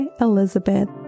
Elizabeth